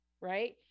Right